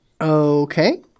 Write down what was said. Okay